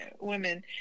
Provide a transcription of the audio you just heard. women